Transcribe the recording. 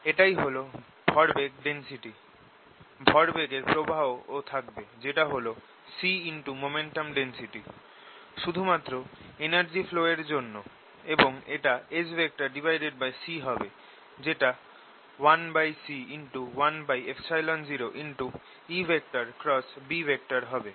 এটাই হল ভরবেগ ডেন্সিটি ভরবেগের প্রবাহ ও থাকবে যেটা হল c×momentum density শুধু মাত্র energy flow এর জন্য এবং এটা Sc হবে যেটা 1c1µ0EB হবে